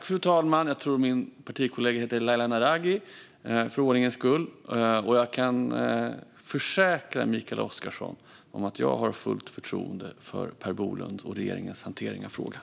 Fru talman! Jag tror att min partikollega heter Laila Naraghi, för ordningens skull. Jag kan försäkra Mikael Oscarsson om att jag har fullt förtroende för Per Bolunds och regeringens hantering av frågan.